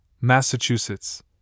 Massachusetts